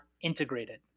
integrated